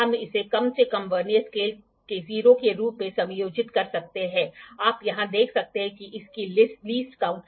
हम कागज के एक टुकड़े पर डॉट रेफरेंस बनाते हैं वहां प्रोट्रैक्टर डॉट को इन दोनों रेफरेंस से बिल्कुल मेल खाते हैं और ड्रा करते हैं